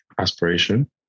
aspiration